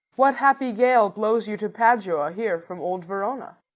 what happy gale blows you to padua here from old verona?